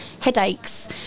headaches